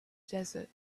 desert